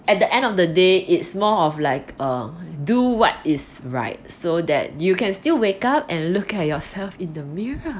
at the end of the day it's more of like um do what is right so that you can still wake up and look at yourself in the mirror